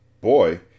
Boy